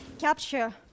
capture